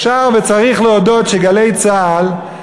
אפשר וצריך להודות ש"גלי צה"ל",